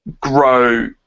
grow